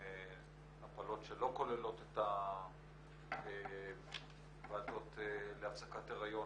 הפלות שלא כוללות את הוועדות להפסקת הריון.